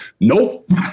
Nope